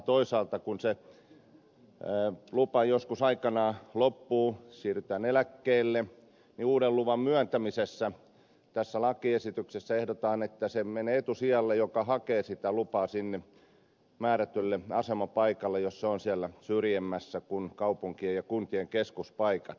toisaalta kun se lupa joskus aikanaan loppuu siirrytään eläkkeelle niin uuden luvan myöntämisessä tässä lakiesityksessä ehdotetaan että se menee etusijalle joka hakee sitä lupaa sinne määrätylle asemapaikalle jos se on siellä syrjemmässä kuin kaupunkien ja kuntien keskuspaikat